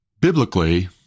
biblically